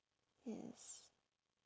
yes